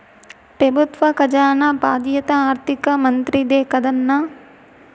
పెబుత్వ కజానా బాధ్యత ఆర్థిక మంత్రిదే కదన్నా